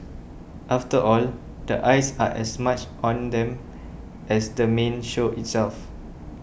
after all the eyes are as much on them as the main show itself